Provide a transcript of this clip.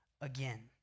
again